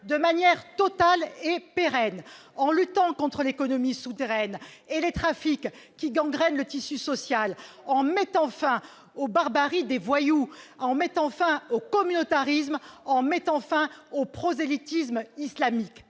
de manière totale et pérenne, en luttant contre l'économie souterraine et les trafics qui gangrènent le tissu social, en mettant fin aux actes barbares des voyous, au communautarisme, au prosélytisme islamique